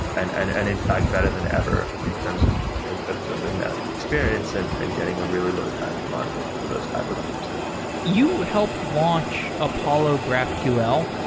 and and and in fact, better than ever in terms of of building that experience and and getting a really low time to market for those type of apps you helped launched apollo graphql.